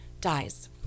dies